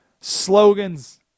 slogans